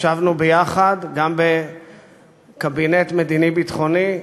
ישבנו יחד גם בקבינט המדיני-ביטחוני,